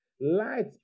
Light